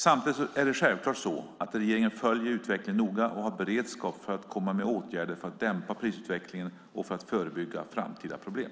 Samtidigt är det självklart så, att regeringen följer utvecklingen noga och har beredskap för att komma med åtgärder för att dämpa prisutvecklingen och för att förebygga framtida problem.